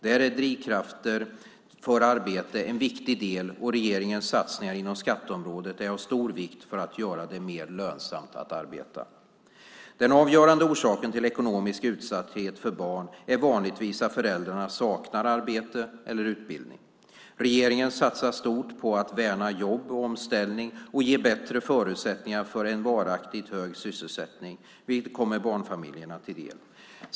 Där är drivkrafter för arbete en viktig del, och regeringens satsningar inom skatteområdet är av stor vikt för att göra det mer lönsamt att arbeta. Den avgörande orsaken till ekonomisk utsatthet för barn är vanligtvis att föräldrarna saknar arbete eller utbildning. Regeringen satsar stort på att värna jobb och omställning och ge bättre förutsättningar för en varaktigt hög sysselsättning, vilket kommer barnfamiljerna till del.